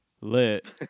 lit